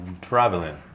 traveling